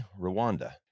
Rwanda